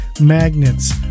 magnets